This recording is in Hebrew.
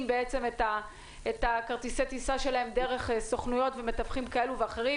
את כרטיסי הטיסה שלהם דרך סוכנות נסיעות ומתווכים כאלה ואחרים.